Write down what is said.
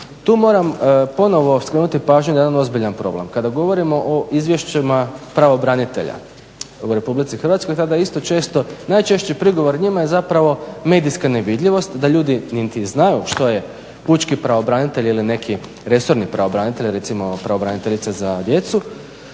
tu moram ponovo skrenuti pažnju na jedan ozbiljan problem. Kada govorimo o izvješćima pravobranitelja u RH, tada isto često, najčešći prigovor njima je zapravo medijska nevidljivost, da ljudi niti znaju što je pučki pravobranitelj ili neki resorni pravobranitelj, recimo pravobraniteljica za djecu,